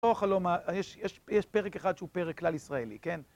יש פרק אחד שהוא פרק כלל ישראלי, כן?